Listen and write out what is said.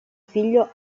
figlio